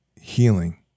healing